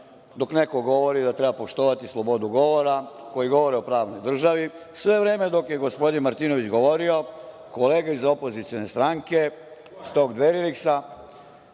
dok neko govori da treba poštovati slobodu govora, koji govore o pravnoj državi. Sve vreme dok je kolega Martinović govorio kolega iz opozicione stranke, je dobacivao,